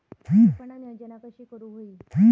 विपणन योजना कशी करुक होई?